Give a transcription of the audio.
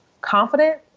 confident